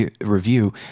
review